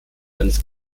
eines